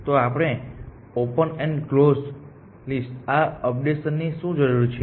તો આપણેઓપન and close લિસ્ટઆ અપડેશનની શું જરૂર છે